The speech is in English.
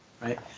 right